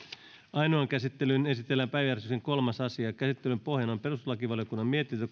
ainoaan käsittelyyn esitellään päiväjärjestyksen kolmas asia käsittelyn pohjana on perustuslakivaliokunnan mietintö